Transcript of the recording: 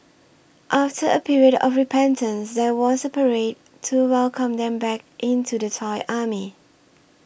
after a period of repentance there was a parade to welcome them back into the Thai Army